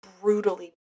brutally